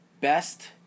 best